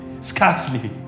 scarcely